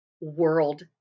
world